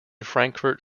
frankfort